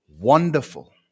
Wonderful